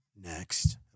next